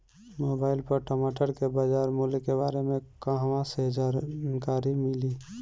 Mobile पर टमाटर के बजार मूल्य के बारे मे कहवा से जानकारी मिली?